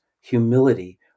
humility